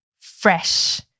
fresh